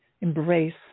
embrace